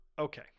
Okay